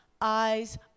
Eyes